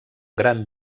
gran